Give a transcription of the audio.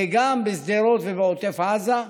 וגם בשדרות ובעוטף עזה,